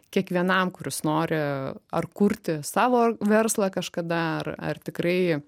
kiekvienam kuris nori ar kurti savo verslą kažkada ar ar tikrai